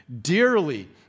dearly